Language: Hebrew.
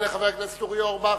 תודה לחבר הכנסת אורי אורבך.